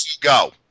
go